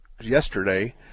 yesterday